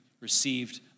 received